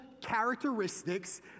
characteristics